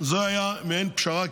וזו הייתה מעין פשרה.